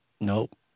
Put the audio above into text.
Nope